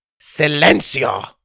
Silencio